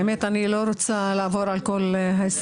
האמת אני לא רוצה לעבור על כל ההסתייגויות.